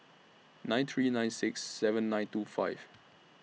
nine three nine six seven nine two five